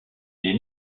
les